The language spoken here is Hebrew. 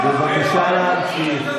בבקשה להמשיך.